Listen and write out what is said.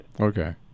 okay